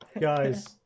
guys